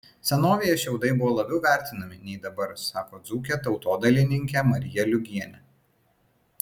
senovėje šiaudai buvo labiau vertinami nei dabar sako dzūkė tautodailininkė marija liugienė